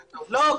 לא,